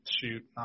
shoot